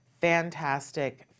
fantastic